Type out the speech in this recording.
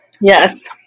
Yes